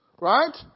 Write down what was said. Right